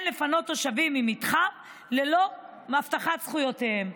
לפנות תושבים ממתחם ללא הבטחת זכויותיהם.